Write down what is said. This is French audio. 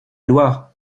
loi